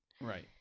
Right